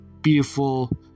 beautiful